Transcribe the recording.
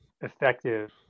effective